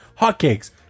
Hotcakes